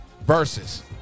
versus